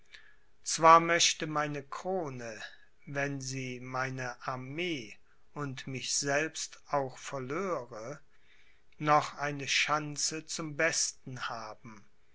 zwar möchte meine krone wenn sie meine armee und mich selbst auch verlöre noch eine schanze zum besten haben